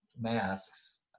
masks